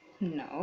No